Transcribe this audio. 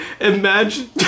Imagine